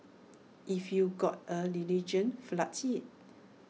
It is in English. if you've got A religion flaunt IT